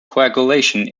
coagulation